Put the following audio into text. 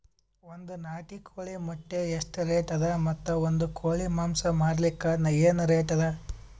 ಒಂದ್ ನಾಟಿ ಕೋಳಿ ಮೊಟ್ಟೆ ಎಷ್ಟ ರೇಟ್ ಅದ ಮತ್ತು ಒಂದ್ ಕೋಳಿ ಮಾಂಸ ಮಾರಲಿಕ ಏನ ರೇಟ್ ಅದ?